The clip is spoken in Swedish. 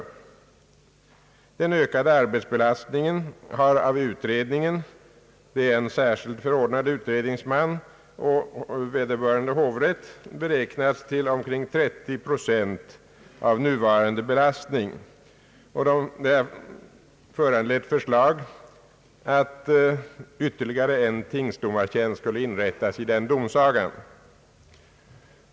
Den ökade arbetsbelast ningen har av utredningen — det är en särskilt förordnad utredningsman samt vederbörande hovrätt — beräk nats till omkring 30 procent av nuvarande belastning. Med hänvisning härtill föreslogs att ytterligare en tingsdomartjänst skulle inrättas i den domsagan.